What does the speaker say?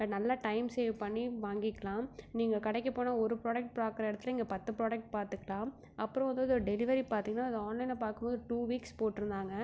நல்லா time save பண்ணி வாங்கிக்கலாம் நீங்கள் கடைக்குப் போனால் ஒரு ப்ராடக்ட் பாக்கிற இடத்துல இங்கே பத்து ப்ராடக்ட் பார்த்துக்கலாம் அப்புறம் வந்த இது டெலிவரி பார்த்திங்கன்னா அது ஆன்லைனில் பார்க்கும்போது டூ வீக்ஸ் போட்டிருந்தாங்க